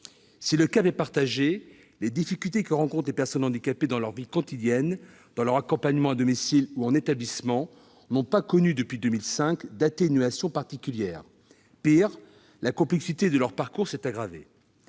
Si le cap est partagé, les difficultés que rencontrent les personnes handicapées dans leur vie quotidienne, dans leur accompagnement à domicile ou en établissement, n'ont pas connu, depuis 2005, d'atténuation particulière. Pis, la complexité de leur parcours s'est aggravée.